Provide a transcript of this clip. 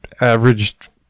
average